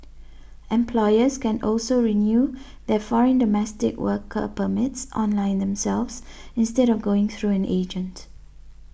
employers can also renew their foreign domestic worker permits online themselves instead of going through an agent